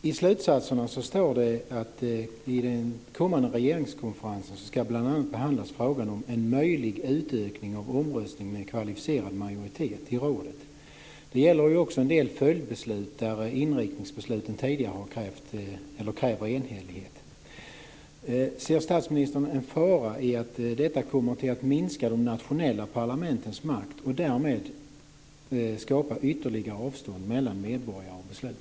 Fru talman! I slutsatserna står det att vid den kommande regeringskonferensen ska bl.a. behandlas frågan om en möjlig utökning av omröstning med kvalificerad majoritet i rådet. Det gäller också en del följdbeslut där de tidigare inriktningsbesluten kräver enhällighet. Ser statsministern en fara i att detta kommer att minska de nationella parlamentens makt och därmed skapa ytterligare avstånd mellan medborgare och beslut?